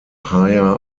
higher